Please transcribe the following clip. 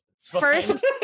First